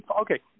Okay